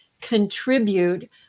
contribute